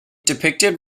depicted